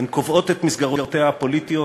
הן קובעות את מסגרותיה הפוליטיות.